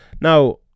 Now